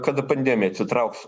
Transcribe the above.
kada pandemija atsitrauks